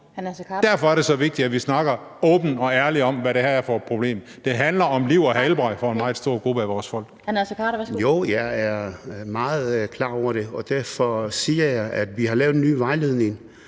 Derfor er det så vigtigt, at vi snakker åbent og ærligt om, hvad det her er for et problem. Det handler om liv og helbred for en meget stor gruppe af vores folk. Kl. 18:22 Den fg. formand (Annette Lind): Tak for det. Hr.